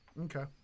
Okay